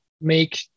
make